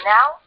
Now